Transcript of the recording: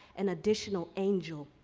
an additional angel.